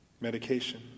medication